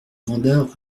grandeur